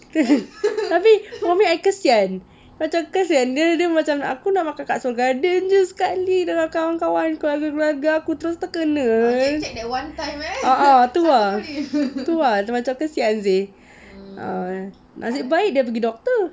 tapi for me I kesian dia dia macam aku nak makan kat seoul garden sekali dengan kawan-kawan keluarga-keluarga aku terus terkena tu ah tu ah macam kesian seh ah nasib baik dia pergi doctor